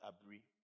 Abri